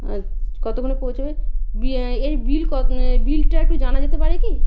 আচ্ছ কতক্ষণে পৌঁছবে বি এর বিল ক এর বিলটা একটু জানা যেতে পারে কি